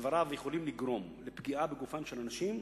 שדבריו יכולים לגרום לפגיעה בגופם של אנשים,